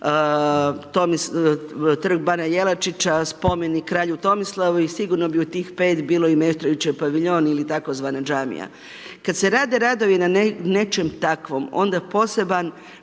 Trg bana Jelačića, spomenik kralju Tomislavu i sigurno bi u tih 5 bilo i Meštrovićev paviljon ili tzv. džamija. Kad se rade radovi na nečem takvom onda poseban